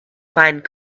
find